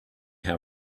can